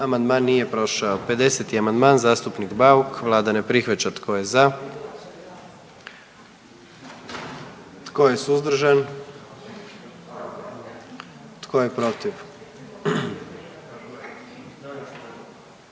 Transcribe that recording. sastavni dio zakona. 44. Kluba zastupnika SDP-a, vlada ne prihvaća. Tko je za? Tko je suzdržan? Tko je protiv?